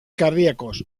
cardíacos